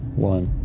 one.